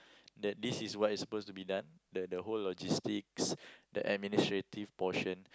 that this is what is supposed to be done the the whole logistics the administrative portion